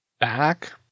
back